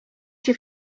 się